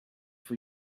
for